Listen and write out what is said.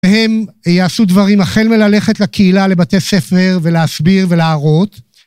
הם יעשו דברים, החל מללכת לקהילה לבתי ספר, ולהסביר ולהראות